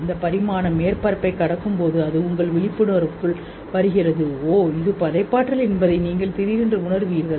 அந்த பரிமாணம் மேற்பரப்பைக் கடக்கும்போது அது உங்கள் விழிப்புணர்வுக்குள் வருகிறது ஓ இது படைப்பாற்றல் என்பதை நீங்கள் திடீரென்று உணருவீர்கள்